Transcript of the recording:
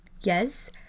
Yes